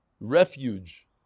refuge